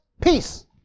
peace